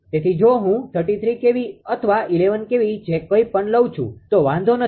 તેથી જો હું 33 kV અથવા 11 kV જે કઈ પણ લઉં છું તો વાંધો નથી